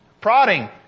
prodding